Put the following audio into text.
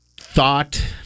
thought